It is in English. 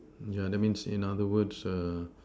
yeah that means in other words uh